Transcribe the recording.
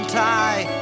tie